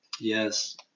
Yes